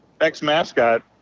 ex-mascot